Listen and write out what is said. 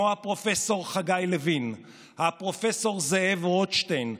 על עצמכם,